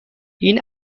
این